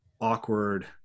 awkward